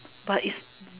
but is